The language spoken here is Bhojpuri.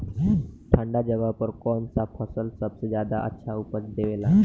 ठंढा जगह पर कौन सा फसल सबसे ज्यादा अच्छा उपज देवेला?